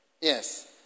Yes